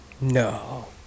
No